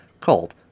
called